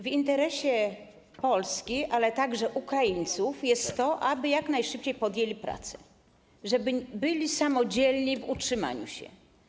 W interesie Polski, ale także Ukraińców jest to, aby jak najszybciej podjęli oni pracę, żeby byli samodzielni w utrzymaniu się.